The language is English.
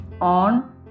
on